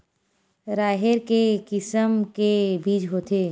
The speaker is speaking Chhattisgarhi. राहेर के किसम के बीज होथे?